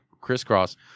crisscross